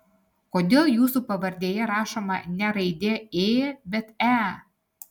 kodėl jūsų pavardėje rašoma ne raidė ė bet e